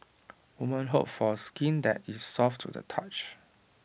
women hope for skin that is soft to the touch